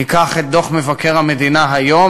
ניקח את דוח מבקר המדינה היום,